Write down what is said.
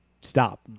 stop